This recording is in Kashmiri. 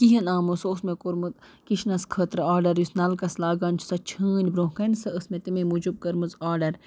کِہیٖنۍ آمُت سُہ اوس مےٚ کوٚرمُت کِچنَس خٲطرٕ آرڈَر یُس نَلکَس لاگان چھِ سۄ چھٲنۍ بروںنٛہہ کَنۍ سۄ ٲس مےٚ تَمے موٗجوٗب کٔرمٕژ آرڈَر